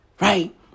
Right